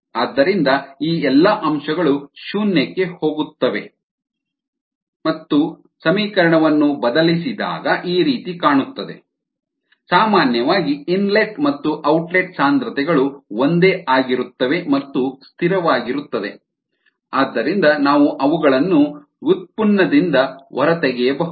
ಆದ್ದರಿಂದ ಈ ಎಲ್ಲಾ ಅಂಶಗಳು ಶೂನ್ಯಕ್ಕೆ ಹೋಗುತ್ತವೆ ಮತ್ತು riddt ಬದಲಿಸಿದಾಗ FitidρVdt ಸಾಮಾನ್ಯವಾಗಿ ಇನ್ಲೆಟ್ ಮತ್ತು ಔಟ್ಲೆಟ್ ಸಾಂದ್ರತೆಗಳು ಒಂದೇ ಆಗಿರುತ್ತವೆ ಮತ್ತು ಸ್ಥಿರವಾಗಿರುತ್ತದೆ ಆದ್ದರಿಂದ ನಾವು ಅವುಗಳನ್ನು ವ್ಯುತ್ಪನ್ನದಿಂದ ಹೊರತೆಗೆಯಬಹುದು